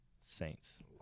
Saints